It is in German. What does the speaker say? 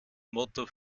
motto